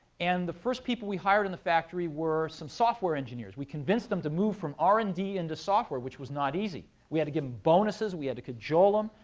and the first people we hired in the factory were some software engineers. we convinced them to move from r and d into software, which was not easy. we had to give them bonuses. we had to cajole them.